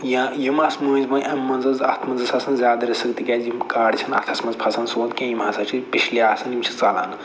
یا یِم آسہٕ مٔنٛزۍ مٔنٛزۍ اَمہِ مَنٛزٕ اَتھ منٛز ٲسۍ آسان زیادٕ رِسٕک تِکیٛازِ یِم گاڈٕ چھِنہٕ اَتھس منٛز پھسان سون کیٚنٛہہ یِم ہسا چھِ پِشلہِ آسان یِم چھِ ژَلان